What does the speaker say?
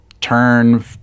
turn